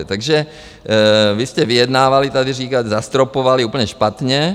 Takže vy jste vyjednávali, tady říkáte, zastropovali, úplně špatně.